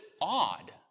odd